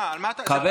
מה, על מה, זה